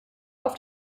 auf